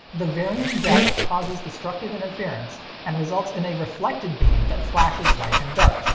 the varying depth causes destructive interference and results in a reflected beam that flashes light and dark,